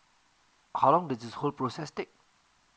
how long does this whole process take